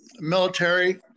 military